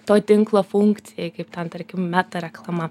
to tinklo funkcija kaip ten tarkim meta reklama